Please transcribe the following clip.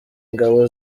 ingabo